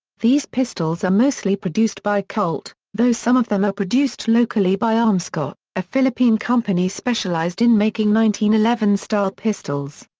these pistols are mostly produced by colt, though some of them are produced locally by armscor, a philippine company specialized in making eleven style pistols.